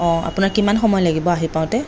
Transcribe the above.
অঁ আপোনাৰ কিমান সময় লাগিব আহি পাওঁতে